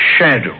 shadow